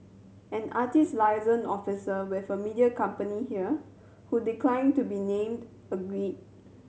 an artist liaison officer with a media company here who declined to be named agreed